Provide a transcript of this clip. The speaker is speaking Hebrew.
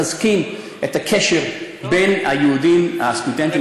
מחזקים את הקשר בין היהודים הסטודנטים